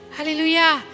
Hallelujah